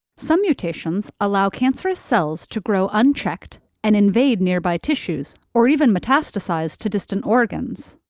some mutations allow cancerous cells to grow unchecked and invade nearby tissues, or even metastasize to distant organs.